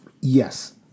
yes